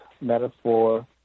metaphor